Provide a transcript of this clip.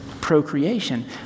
procreation